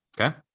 okay